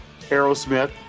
Aerosmith